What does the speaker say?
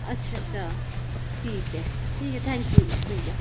अच्छा अच्छा ठीक ऐ ठीक ऐ थैंक्क यू भेइया